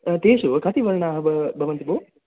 तेषु कति वर्णाः भ भवन्ति भो